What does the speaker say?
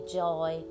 joy